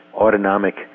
autonomic